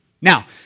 Now